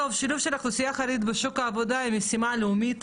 שילוב של אוכלוסייה חרדית בשוק העבודה היא משימה לאומית